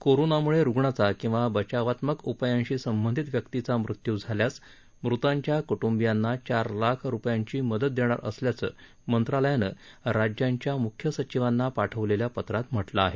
कोरोनामुळे रुग्णाचा किंवा बचावात्मक उपायांशी संबंधित व्यक्तींचा मृत्यू झाल्यास मृतांच्या कृट्बियांना चार लाख रुपयांची मदत देणार असल्याचं मंत्रालयानं राज्यांच्या म्ख्य सचिवांना पाठवलेल्या पत्रात म्हटलं आहे